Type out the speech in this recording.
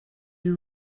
you